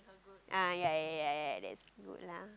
ah ya ya ya ya that's good lah